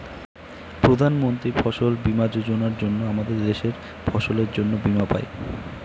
প্রধান মন্ত্রী ফসল বীমা যোজনার জন্য আমাদের দেশের ফসলের জন্যে বীমা পাই